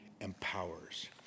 empowers